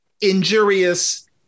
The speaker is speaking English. injurious